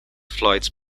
flights